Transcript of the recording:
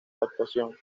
actuación